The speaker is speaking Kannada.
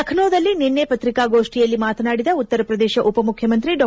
ಲಕ್ನೋದಲ್ಲಿ ನಿನ್ನೆ ಪತ್ರಿಕಾಗೋಷ್ಠಿಯಲ್ಲಿ ಮಾತನಾಡಿದ ಉತ್ತರ ಪ್ರದೇಶ ಉಪಮುಖ್ಯಮಂತ್ರಿ ಡಾ